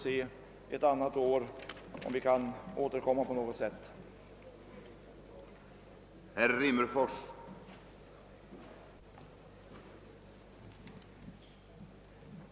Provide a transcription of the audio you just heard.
Sedan får vi väl se om vi kan återkomma i ärendet ett annat år.